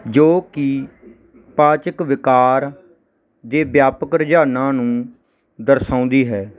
ਜੋ ਕਿ ਪਾਚਕ ਵਿਕਾਰ ਜਿਹੇ ਵਿਆਪਕ ਰਝਾਨਾਂ ਨੂੰ ਦਰਸਾਉਂਦੀ ਹੈ